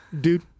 Dude